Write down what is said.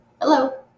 Hello